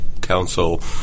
council